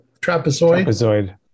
Trapezoid